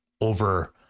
over